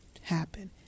happen